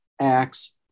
Acts